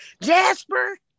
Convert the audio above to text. Jasper